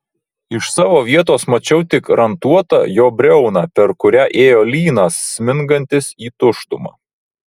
iš savo vietos mačiau tik rantuotą jo briauną per kurią ėjo lynas smingantis į tuštumą